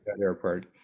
airport